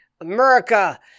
america